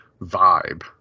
vibe